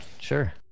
Sure